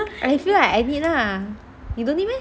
I feel like I need lah you don't need meh